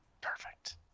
Perfect